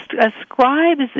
ascribes